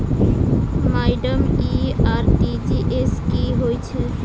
Madam इ RTGS की होइ छैय?